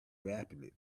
rapidly